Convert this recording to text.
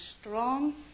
strong